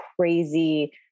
crazy